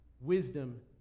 Wisdom